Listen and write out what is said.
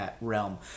realm